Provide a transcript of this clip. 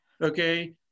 okay